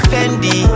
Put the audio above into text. Fendi